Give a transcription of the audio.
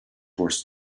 worse